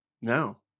No